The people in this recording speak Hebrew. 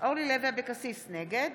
נגד